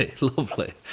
lovely